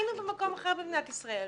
היינו במקום אחר במדינת ישראל.